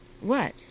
What